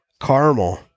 caramel